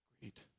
Great